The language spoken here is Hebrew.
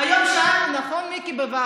היום שאלנו בוועדה,